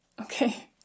Okay